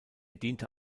diente